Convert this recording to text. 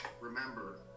remember